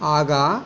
आगाँ